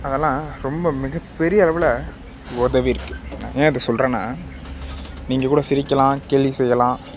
அதெல்லாம் ரொம்ப மிக பெரிய அளவில் உதவியிருக்கு ஏன் அதைச் சொல்றேன்னா நீங்கள் கூட சிரிக்கலாம் கேலி செய்யலாம்